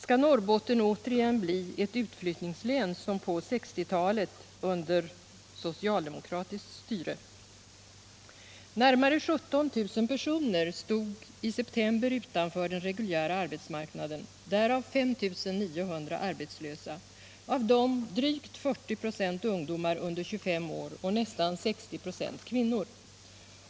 Skall Norrbotten återigen bli ett utflyttningslän, som på 1960-talet under socialdemokratiskt styre?